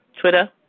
Twitter